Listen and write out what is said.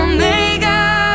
Omega